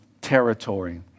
territory